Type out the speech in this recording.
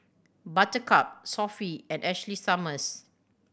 Buttercup Sofy and Ashley Summers